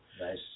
Nice